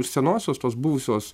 senosios tos buvusios